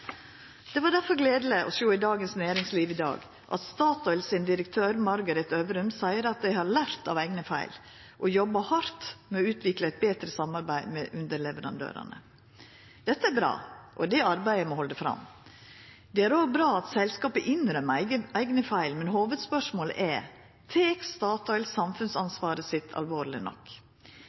Det var difor gledeleg å sjå i Dagens Næringsliv i dag at Statoil-direktør Margareth Øvrum seier at dei har lært av eigne feil og jobba hardt med å utvikla eit betre samarbeid med underleverandørane. Det er bra, og det arbeidet må halda fram. Det er òg bra at selskapet innrømmer eigne feil, men hovudspørsmålet er: Tek Statoil samfunnsansvaret sitt alvorleg nok?